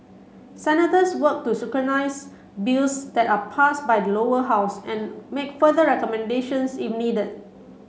senators work to scrutinise bills that are passed by the Lower House and make further recommendations if needed